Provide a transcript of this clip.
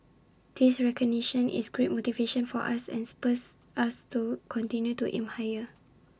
this recognition is great motivation for us and spurs us to continue to aim higher